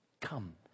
Come